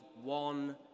one